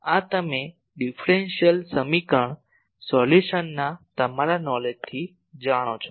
આ તમે ડીફરેન્શીયલ સમીકરણ સોલ્યુશનના તમારા નોલેજથી જાણો છો